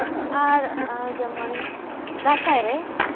ᱟᱨ ᱡᱮᱢᱚᱱ ᱫᱟᱸᱥᱟᱭ ᱨᱮ